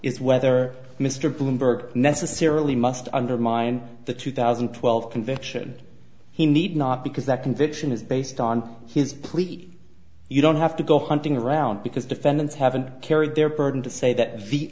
is whether mr bloomberg necessarily must undermine the two thousand and twelve conviction he need not because that conviction is based on his pleat you don't have to go hunting around because defendants haven't carried their burden to say that the